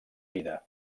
vida